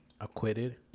acquitted